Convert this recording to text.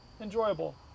enjoyable